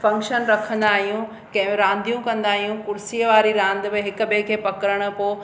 function रखंदा आहियूं कहिं रांदियूं कंदा आहियूं कुर्सीअ वारी रांदि में हिकु बे खे पकिड़िण पोइ